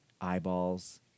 eyeballs